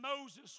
Moses